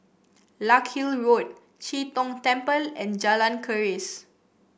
Larkhill Road Chee Tong Temple and Jalan Keris